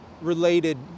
related